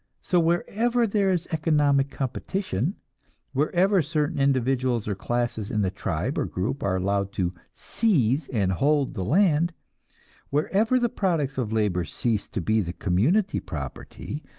so wherever there is economic competition wherever certain individuals or classes in the tribe or group are allowed to seize and hold the land wherever the products of labor cease to be the community property,